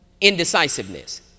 Indecisiveness